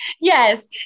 Yes